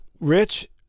Rich